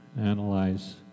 analyze